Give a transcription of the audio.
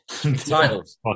Titles